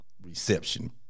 reception